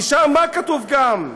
ושם, מה כתוב גם?